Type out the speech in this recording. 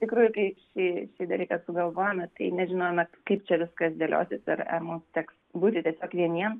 tikrųjų kai šį šį dalyką sugalvojome tai nežinome kaip čia viskas dėliosis ir ar mums teks būti tiesiog vieniems